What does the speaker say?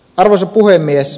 arvoisa puhemies